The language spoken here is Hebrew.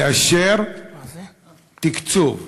לאשר תקצוב.